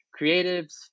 creatives